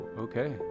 Okay